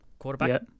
Quarterback